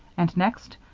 and next,